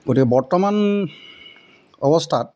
গতিকে বৰ্তমান অৱস্থাত